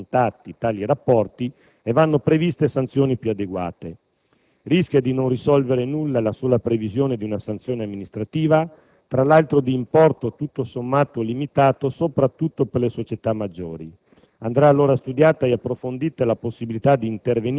che vanno meglio individuate le strade per accertare tali contatti e rapporti e vanno previste sanzioni più adeguate. Rischia di non risolvere nulla la sola previsione di una sanzione amministrativa, tra l'altro di importo tutto sommato limitato, soprattutto per le società maggiori.